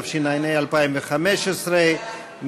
התשע"ה 2015,